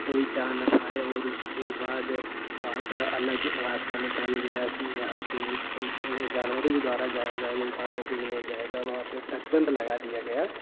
कोई जा न पाए और उस के बाद वहाँ का अलग रास्ता निकाल गया यहाँ से इन इन जानवरों ही द्वारा जाएगा इंसानों कोई नहीं जाएगा वहाँ पर प्रतिबन्ध लगा दिया गया